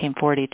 1942